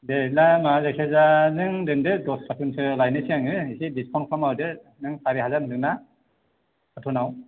दे बिदिला माबा जायखियाजा नों दोनदो दस कारथुनसो लायनोसै आङो एसे दिसकाउन्ट खालामना होदो नों सारि हाजार होनदों ना कारथुनाव